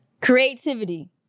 creativity